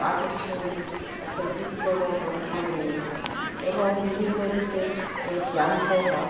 কাজের সঙ্গে একটা যুক্তর মতন করে নিয়েছে এবং বিভিন্ন দিকে এর ক্যাম্পও হয়